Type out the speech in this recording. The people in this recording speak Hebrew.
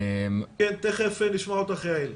תיכף נשמע אותך, יעל.